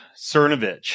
Cernovich